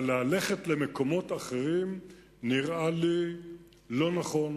אבל ללכת למקומות אחרים נראה לי לא נכון